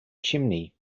chimney